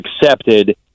accepted